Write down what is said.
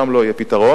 שם לא יהיה פתרון,